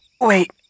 Wait